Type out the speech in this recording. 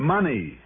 Money